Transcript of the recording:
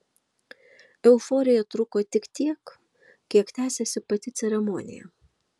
euforija truko tik tiek kiek tęsėsi pati ceremonija